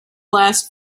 last